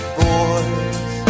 boys